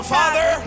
Father